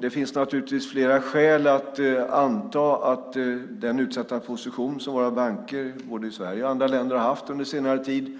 Det finns naturligtvis flera skäl att anta att det i den utsatta position som bankerna, både i Sverige och i andra länder, har haft under senare tid